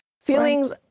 feelings